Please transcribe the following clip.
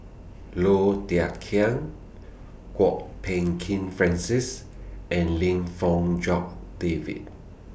Low Thia Khiang Kwok Peng Kin Francis and Lim Fong Jock David